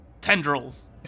tendrils